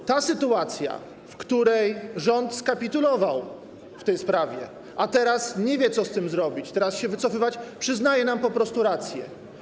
W tej sytuacji, w której rząd skapitulował w tej sprawie, a teraz nie wie, co z tym zrobić, czy się wycofywać, przyznaje nam po prostu rację.